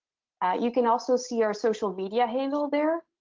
you can also see our social media handle there,